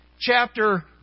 Chapter